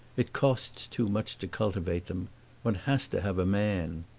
it costs too much to cultivate them one has to have a man.